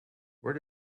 where